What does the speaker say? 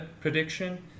prediction